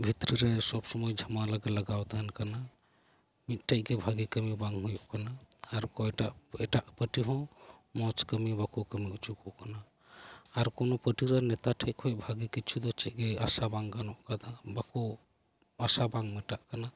ᱵᱷᱤᱛᱨᱤ ᱨᱮ ᱥᱚᱵᱽ ᱥᱚᱢᱚᱭ ᱡᱷᱟᱢᱮᱞᱟ ᱜᱮ ᱞᱟᱜᱟᱣ ᱛᱟᱦᱮᱱ ᱠᱟᱱᱟ ᱢᱤᱫᱴᱮᱱ ᱜᱮ ᱵᱷᱟᱹᱜᱤ ᱠᱟᱹᱢᱤ ᱵᱟᱝ ᱦᱩᱭᱩᱜ ᱠᱟᱱᱟ ᱟᱨ ᱚᱠᱚᱭᱴᱟᱜ ᱮᱴᱟᱜ ᱯᱟᱴᱤ ᱦᱚᱸ ᱢᱚᱸᱡᱽ ᱠᱟᱹᱢᱤ ᱵᱟᱠᱚ ᱠᱟᱹᱢᱤ ᱚᱪᱚ ᱟᱠᱚ ᱠᱟᱱᱟ ᱟᱨ ᱠᱚᱱᱚ ᱯᱟᱴᱤ ᱨᱮᱱ ᱱᱮᱛᱟ ᱴᱷᱮᱱ ᱠᱷᱚᱱ ᱵᱷᱟᱹᱜᱤ ᱠᱤᱪᱷᱩ ᱪᱮᱫ ᱜᱮ ᱫᱚ ᱟᱥᱟ ᱵᱟᱝ ᱜᱟᱱᱚᱜ ᱠᱟᱱᱟ ᱵᱟᱠᱚ ᱟᱥᱟ ᱵᱟᱝ ᱢᱮᱴᱟᱜ ᱠᱟᱱᱟ